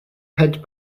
head